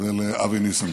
ולאבי ניסנקורן.